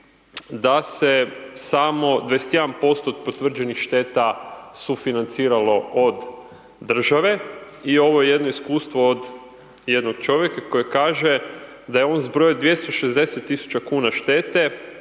da se samo 21% potvrđenih šteta sufinanciralo od države i ovo je jedno iskustvo od jednog čovjeka, koji kaže da je on zbrojio 260 tisuća kuna štete,